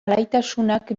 alaitasunak